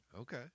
Okay